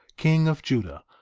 king of judah,